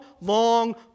long